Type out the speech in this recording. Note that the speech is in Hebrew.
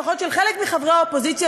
לפחות של חלק מחברי האופוזיציה,